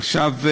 עכשיו,